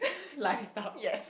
lifestyle